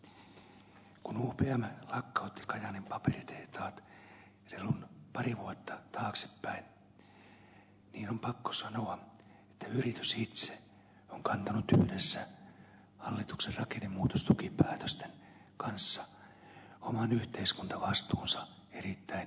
kun upm lakkautti kajaanin paperitehtaat reilun pari vuotta taaksepäin niin on pakko sanoa että yritys itse on kantanut yhdessä hallituksen rakennemuutostukipäätösten kanssa oman yhteiskuntavastuunsa erittäin mallikkaasti